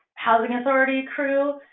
housing authority crew.